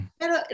pero